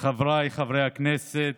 חבריי חברי הכנסת,